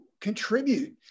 contribute